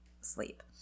sleep